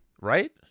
right